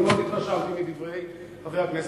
מאוד התרשמתי מדברי חבר הכנסת,